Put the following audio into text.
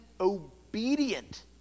obedient